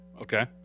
Okay